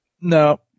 No